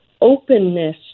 openness